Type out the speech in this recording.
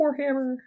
Warhammer